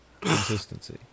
Consistency